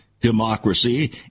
democracy